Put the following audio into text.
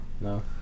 No